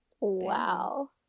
Wow